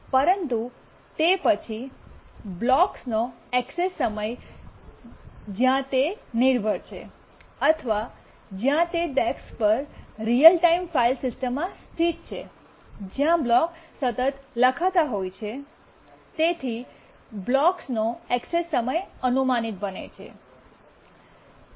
પરંતુ તે પછી તે બ્લોક્સનો એક્સેસ સમય જ્યાં તે નિર્ભર છે અથવા જ્યાં તે ડેસ્ક પર રીઅલ ટાઇમ ફાઇલ સિસ્ટમમાં સ્થિત છે જ્યાં બ્લોક્સ સતત લખાતા હોય છે તેથી બ્લોક્સનો એક્સેસ સમય અનુમાનિત બને છે